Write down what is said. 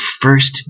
first